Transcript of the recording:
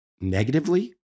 negatively